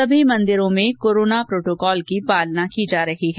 सभी मंदिरों में कोरोना प्रोटोकोल की अनुपालना की जा रही है